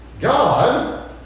God